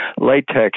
latex